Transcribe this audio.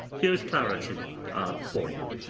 here is clarity ah for you.